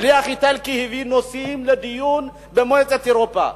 שליח איטלקי הביא נושאים לדיון במועצת אירופה.